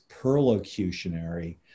perlocutionary